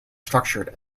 structured